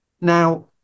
Now